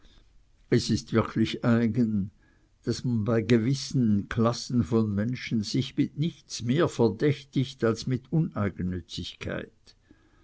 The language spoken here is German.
es ist wirklich eigen daß man bei gewissen klassen von menschen sich mit nichts mehr verdächtigt als mit uneigennützigkeit